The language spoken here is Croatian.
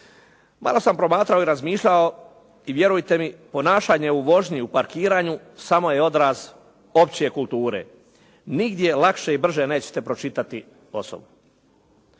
Malo sam promatrao i razmišljao i vjerujte mi ponašanje u vožnji u parkiranju samo je odraz opće kulture, nigdje lakše i brže nećete pročitati osobu.